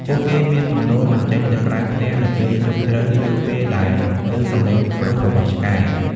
ពួកគេមានទំនោរមិនចេញទៅក្រៅផ្ទះនៅពេលយប់ជ្រៅនៅពេលដែលឮសំឡេងព្រុសរបស់ឆ្កែ។